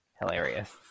hilarious